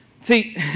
see